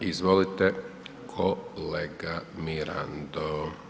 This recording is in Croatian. Izvolite kolega Mirando.